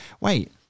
wait